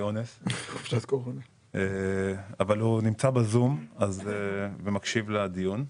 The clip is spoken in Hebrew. הוא נמצא ב-זום ומקשיב לדיון.